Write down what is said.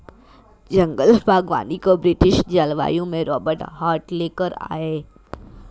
जंगल बागवानी को ब्रिटिश जलवायु में रोबर्ट हार्ट ले कर आये